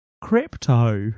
Crypto